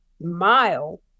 mile